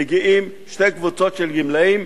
מגיעות שתי קבוצות של גמלאים,